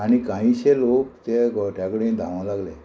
आनी कांयशे लोक ते गोठ्या कडेन धांव लागले